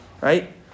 Right